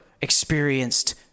Experienced